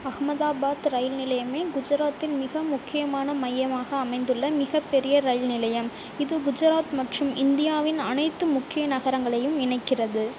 Ahmedabad rail நிலையமே குஜராத்தில் மிக முக்கியமான மையமாக அமைந்துள்ள மிகப்பெரிய ரயில் நிலையம் இது குஜராத் மற்றும் இந்தியாவின் அனைத்து முக்கிய நகரங்களையும் இணைக்கிறது